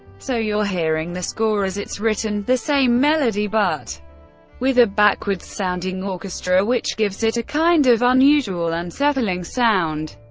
so you're hearing the score as it's written, the same melody, but with a backwards sounding orchestra which gives it a kind of unusual, unsettling sound.